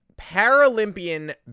paralympian